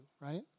Right